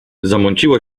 zamąciło